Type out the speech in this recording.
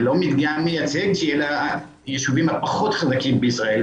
זה לא מדגם מייצג של הישובים הפחות חזקים בישראל,